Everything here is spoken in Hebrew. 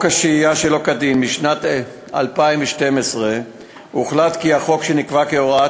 לחוק השהייה שלא כדין משנת 2012 הוחלט כי החוק שנקבע כהוראת